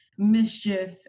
mischief